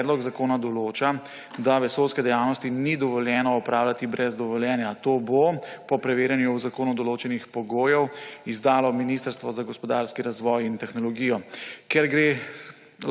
predlog zakona določa, da vesoljske dejavnosti ni dovoljeno opravljati brez dovoljenja. To bo po preverjanju v zakonu določenih pogojev izdalo Ministrstvo za gospodarski razvoj in tehnologijo.